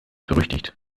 berüchtigt